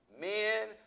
Men